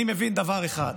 אני מבין דבר אחד,